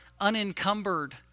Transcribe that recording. unencumbered